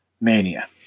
Mania